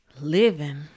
living